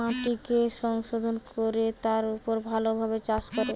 মাটিকে সংশোধন কোরে তার উপর ভালো ভাবে চাষ করে